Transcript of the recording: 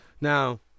Now